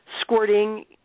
squirting